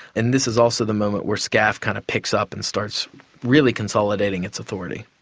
and this is also the moment were scaf kind of picks up and starts really consolidating its authority.